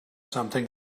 something